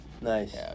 Nice